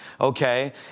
okay